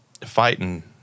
fighting